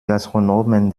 gastronomen